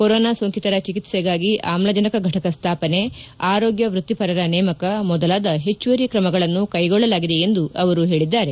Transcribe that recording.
corona ಸೋಂಕಿತರ ಚಿಕಿತ್ಸೆಗಾಗಿ ಆಮ್ಲಜನಕ ಫಟಕ ಸ್ಥಾಪನೆ ಆರೋಗ್ಯ ವೃತ್ತಿಪರರ ನೇಮಕ ಮೊದಲಾದ ಹೆಚ್ಲುವರಿ ಕ್ರಮಗಳನ್ನು ಕೈಗೊಳ್ಳಲಾಗಿದೆ ಎಂದು ಅವರು ಹೇಳಿದ್ದಾರೆ